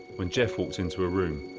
when geoff walked into a room,